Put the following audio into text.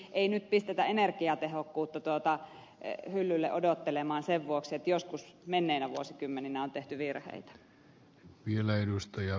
ei nyt pistetä energiatehokkuutta hyllylle odottelemaan sen vuoksi että joskus menneinä vuosikymmeninä on tehty virheitä